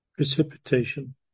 Precipitation